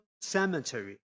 cemetery